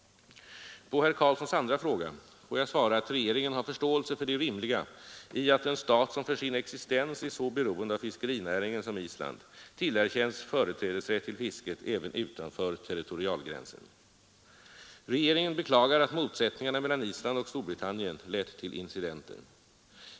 På herr Carlssons andra fråga får jag svara att regeringen har förståelse för det rimliga i att en stat som för sin existens är så beroende av fiskerinäringen som Island tillerkänns företrädesrätt till fisket även utanför territorialgränsen. Regeringen beklagar att motsättningarna mellan Island och Storbritannien lett till incidenter.